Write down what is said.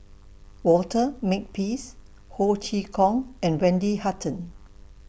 Walter Makepeace Ho Chee Kong and Wendy Hutton